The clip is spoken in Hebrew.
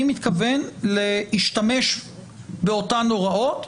אני מתכוון להשתמש באותן הוראות,